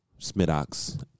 Smidox